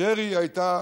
שרי הייתה